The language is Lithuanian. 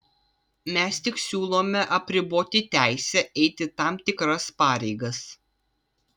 mes tik siūlome apriboti teisę eiti tam tikras pareigas